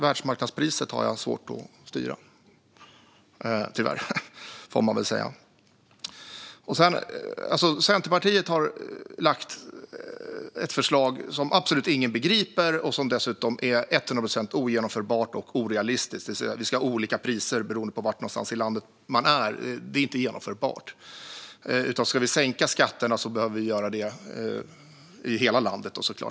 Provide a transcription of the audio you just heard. Världsmarknadspriset har jag svårt att styra - tyvärr, får jag väl säga. Centerpartiet har lagt fram ett förslag som absolut ingen begriper och som dessutom är hundra procent ogenomförbart och orealistiskt. Det ska vara olika priser beroende på var i landet man befinner sig. Det är inte genomförbart. Om vi ska sänka skatterna ska det ske i hela landet.